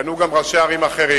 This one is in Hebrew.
ופנו גם ראשי ערים אחרים,